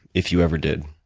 if you ever did?